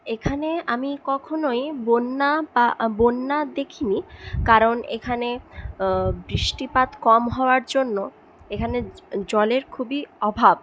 এখানে আমি কখনোই বন্যা বা বন্যা দেখিনি কারণ এখানে বৃষ্টিপাত কম হওয়ার জন্য এখানে জলের খুবই অভাব